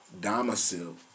domicile